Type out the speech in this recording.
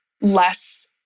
less